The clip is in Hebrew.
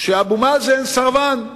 שאבו מאזן סרבן.